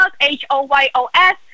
H-O-Y-O-S